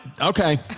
Okay